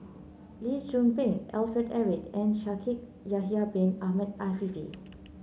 Lee Tzu Pheng Alfred Eric and Shaikh Yahya Bin Ahmed Afifi